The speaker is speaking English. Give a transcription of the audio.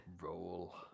roll